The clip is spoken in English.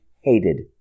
hated